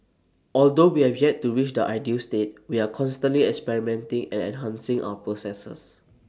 although we have yet to reach the ideal state we are constantly experimenting and enhancing our processes